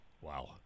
Wow